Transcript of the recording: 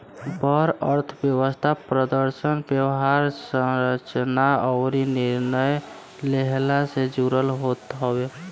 बड़ अर्थव्यवस्था प्रदर्शन, व्यवहार, संरचना अउरी निर्णय लेहला से जुड़ल होत हवे